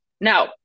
Now